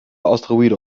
asteroïde